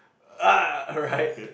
!argh! alright